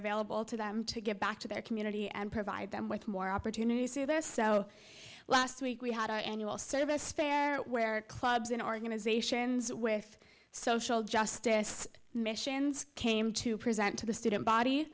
available to them to get back to their community and provide them with more opportunity there so last week we had our annual service fair where clubs in organizations with social justice missions came to present to the student